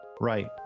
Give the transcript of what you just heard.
right